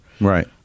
Right